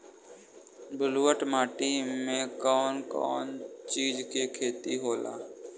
ब्लुअट माटी में कौन कौनचीज के खेती होला?